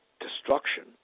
destruction